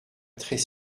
très